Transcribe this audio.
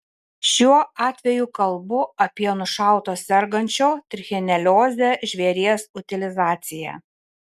šiuo atveju kalbu apie nušauto sergančio trichinelioze žvėries utilizaciją